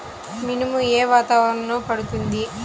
మినుము ఏ వాతావరణంలో పండుతుంది?